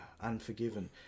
Unforgiven